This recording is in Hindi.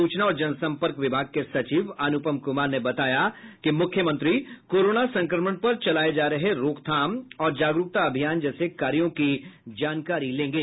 सूचना और जन सम्पर्क विभाग के सचिव अनुपम कुमार ने बताया कि मुख्यमंत्री कोरोना संक्रमण पर चलाये जा रहे रोकथाम और जागरूकता अभियान जैसे कार्यों की जानकारी लेंगे